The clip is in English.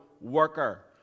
worker